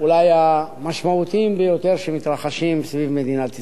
אולי המשמעותיים ביותר שמתרחשים סביב מדינת ישראל.